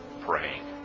praying